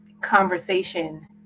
conversation